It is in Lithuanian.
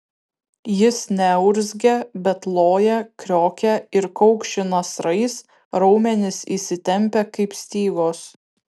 jis neurzgia bet loja kriokia ir kaukši nasrais raumenys įsitempia kaip stygos